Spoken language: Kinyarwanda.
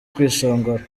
kwishongora